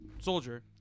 soldier